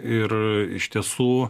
ir iš tiesų